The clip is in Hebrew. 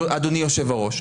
אדוני היושב-ראש.